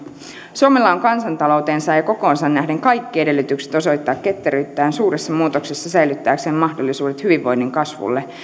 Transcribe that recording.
suomella on kansantalouteensa ja kokoonsa nähden kaikki edellytykset osoittaa ketteryyttään suuressa muutoksessa säilyttääkseen mahdollisuudet hyvinvoinnin kasvulle